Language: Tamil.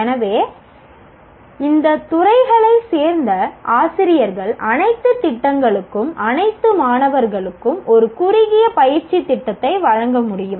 எனவே இந்த துறைகளைச் சேர்ந்த ஆசிரியர்கள் அனைத்து திட்டங்களுக்கும் அனைத்து மாணவர்களுக்கும் ஒரு குறுகிய பயிற்சி திட்டத்தை வழங்க முடியும்